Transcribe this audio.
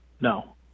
No